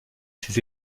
ses